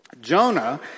Jonah